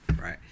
right